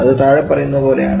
അത് താഴെ പറയുന്നതു പോലെയാണ്